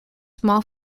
small